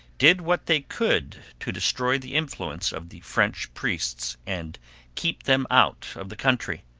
did what they could to destroy the influence of the french priests and keep them out of the country.